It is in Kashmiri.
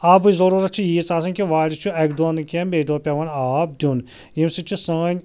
آبٕچ ضٔروٗرتھ چھِ ییٖژ آسان کہِ وارِ چھُ اَکہِ دۄہ نہٕ کیٚنٛہہ بیٚیہِ دۄہ پٮ۪وان آب دیُن ییٚمہِ سۭتۍ چھِ سٲنۍ